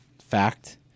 Fact